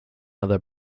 other